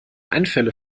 einfälle